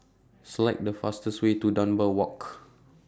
Select The fastest Way to Dunbar Walk